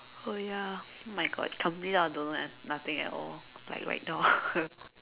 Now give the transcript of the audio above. oh ya oh my god completely I don't know nothing at all like right now